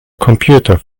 computer